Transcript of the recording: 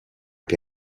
che